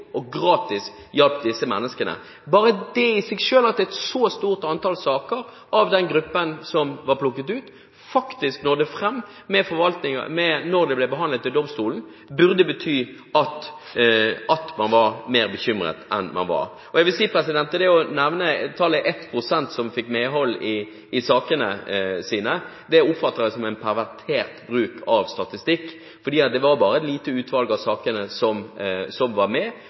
og gratis hjalp disse menneskene. Bare det at et så stort antall saker fra den gruppen som ble plukket ut, nådde fram da de ble behandlet i domstolen, burde i seg selv bety at man var mer bekymret enn man var. Å nevne at 1 pst. fikk medhold i sakene sine oppfatter jeg som en pervertert bruk av statistikk, for det var bare et lite utvalg av sakene som var med,